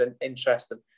interesting